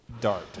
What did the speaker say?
dart